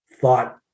thought